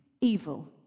evil